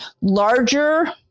larger